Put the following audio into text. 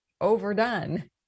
overdone